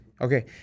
Okay